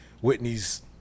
Whitney's